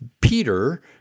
Peter